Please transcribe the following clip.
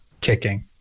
kicking